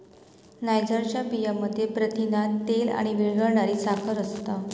नायजरच्या बियांमध्ये प्रथिना, तेल आणि विरघळणारी साखर असता